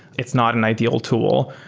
it's not an ideal tool.